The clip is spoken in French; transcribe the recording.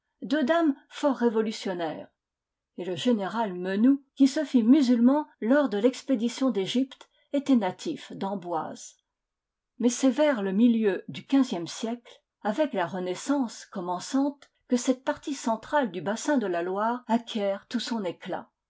deux dames fort révolutionnaires et le général menou qui se fit musulman lors de l'expédition d'egypte était natif d'amboise mais c'est vers le milieu du quinzième siècle avec la renaissance commençante que cette partie centrale du bassin de la loire acquiert tout son éclat